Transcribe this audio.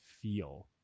feel